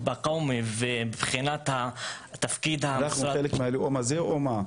ב-קאומי ומבחינת התפקיד --- אנחנו חלק מהלאום הזה או מה?